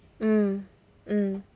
mm mm